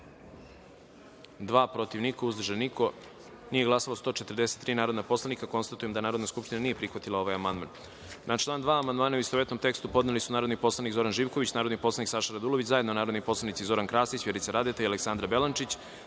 dva, protiv – niko, uzdržanih – nema, nije glasalo 142 narodni poslanik. Konstatujem da Narodna skupština nije prihvatila ovaj amandman. Na član 5. amandmane, u istovetnom tekstu, podneli su narodni poslanik Zoran Živković, narodni poslanik Saša Radulović, zajedno narodni poslanici Zoran Krasić, Vjerica Radeta i Božidar Delić,